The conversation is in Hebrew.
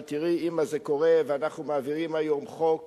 אבל תראי, אמא, זה קורה, ואנחנו מעבירים היום חוק